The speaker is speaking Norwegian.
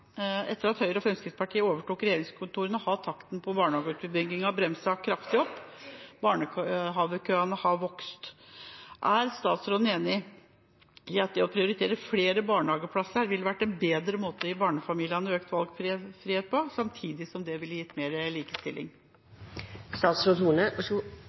Etter at Høyre og Fremskrittspartiet overtok regjeringskontorene har takten på barnehageutbyggingen bremset kraftig opp. Barnehagekøene har vokst. Er statsråden enig i at det å prioritere flere barnehageplasser ville vært en bedre måte å gi barnefamiliene økt valgfrihet på, samtidig som det ville gitt mer likestilling?